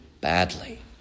badly